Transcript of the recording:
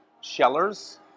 shellers